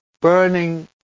burning